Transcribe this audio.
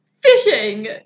Fishing